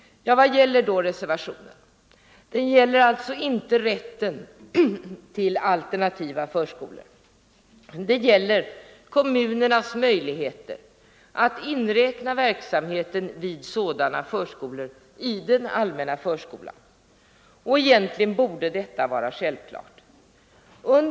Vad gäller då reservationen? Den gäller inte rätten till alternativa förskolor utan kommunernas möjligheter att inräkna verksamheten vid sådana förskolor i den allmänna förskolan. Egentligen borde detta vara en självklar rätt.